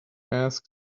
asked